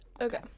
Okay